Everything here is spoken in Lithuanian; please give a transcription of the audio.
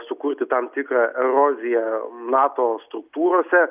sukurti tam tikrą erozija nato struktūrose